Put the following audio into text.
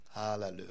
Hallelujah